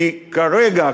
כי כרגע,